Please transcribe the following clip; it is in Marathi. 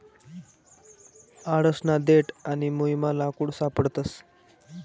आडसना देठ आणि मुयमा लाकूड सापडस